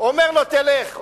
אומר לו: תלך.